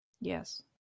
Yes